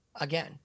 again